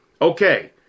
Okay